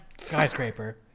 skyscraper